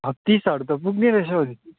छत्तिसहरू त पुग्ने रहेछ हौ फेरि